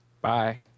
Bye